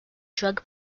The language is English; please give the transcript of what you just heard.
drug